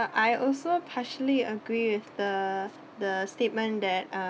I also partially agree with the the statement that uh